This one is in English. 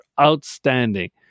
outstanding